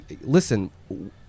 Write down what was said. listen